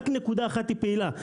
רק נקודה אחת היא פעילה.